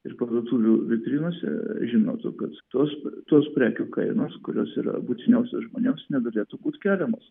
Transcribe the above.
ir parduotuvių vitrinose žinotų kad tos tos prekių kainos kurios yra būtiniausios žmonėms neturėtų būti keliamos